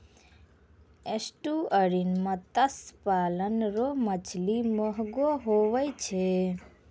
estuarine मत्स्य पालन रो मछली महगो हुवै छै